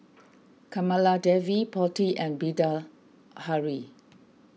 Kamaladevi Potti and Bilahari